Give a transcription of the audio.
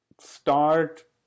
start